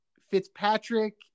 Fitzpatrick